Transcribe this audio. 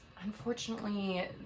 unfortunately